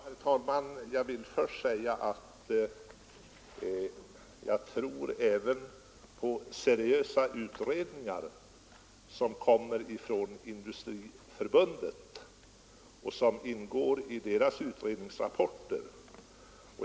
Herr talman! Jag vill först säga att jag även tror på seriösa utredningar som kommer från Industriförbundet och som ingår i dess utredningsrapporter.